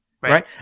right